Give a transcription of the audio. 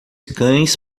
cães